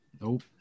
Nope